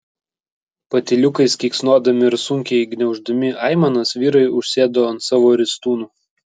patyliukais keiksnodami ir sunkiai gniauždami aimanas vyrai užsėdo ant savo ristūnų